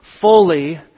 fully